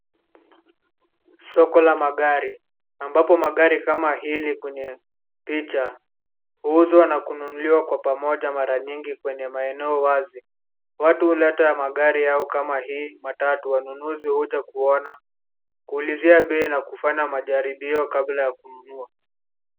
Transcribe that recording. Soko la magari ambapo gari hili kwenye picha huuzwa na kununuliwa kwa pamoja mara nyingi kwenye maeneo wazi. Watu huleta magari au kama hii matatu wanunuazi hhuja kuona, ulizia bei na kufanya jaribio kabla kununua.